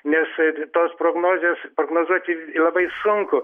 nes tos prognozės prognozuoti labai sunku